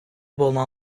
available